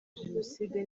jenoside